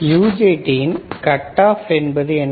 UJT இன் cut off என்பது என்ன